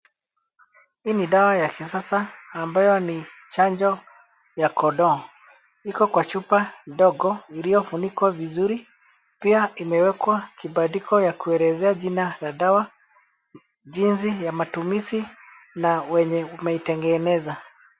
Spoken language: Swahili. Hii ni dawa ya kisasa ambayo ni chanjo ya kondoo. Iko kwa chupa ndogo iliyofunikwa vizuri. Pia imewekwa kibandiko ya kuelezea jina la dawa, jinsi ya matumizi na wenye umeitengeneza.